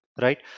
right